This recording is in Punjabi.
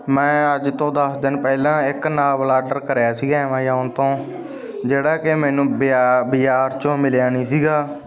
ਮੈਂ ਅੱਜ ਤੋਂ ਦਸ ਦਿਨ ਪਹਿਲਾਂ ਇੱਕ ਨਾਵਲ ਆਡਰ ਕਰਿਆ ਸੀਗਾ ਐਮਾਜੋਨ ਤੋਂ ਜਿਹੜਾ ਕਿ ਮੈਨੂੰ ਬਜਾ ਬਜ਼ਾਰ ਚੋਂ ਮਿਲਿਆ ਨਹੀਂ ਸੀਗਾ